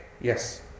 Yes